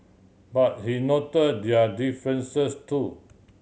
but he note their differences too